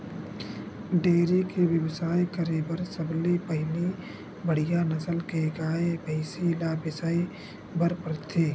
dairy के बेवसाय करे बर सबले पहिली बड़िहा नसल के गाय, भइसी ल बिसाए बर परथे